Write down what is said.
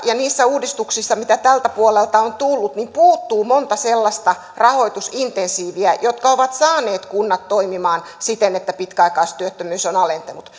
ja niistä uudistuksista mitä tältä puolelta on tullut puuttuu monta sellaista rahoitusinsentiiviä jotka ovat saaneet kunnat toimimaan siten että pitkäaikaistyöttömyys on alentunut